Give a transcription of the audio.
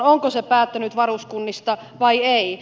onko se päättänyt varuskunnista vai ei